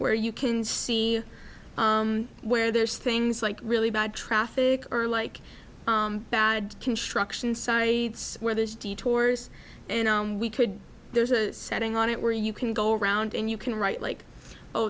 where you can see where there's things like really bad traffic or like bad construction sites where there's detours and we could there's a setting on it where you can go around and you can write like oh